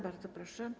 Bardzo proszę.